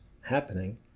happening